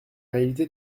réalité